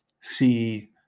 see